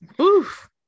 Oof